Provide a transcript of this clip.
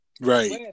Right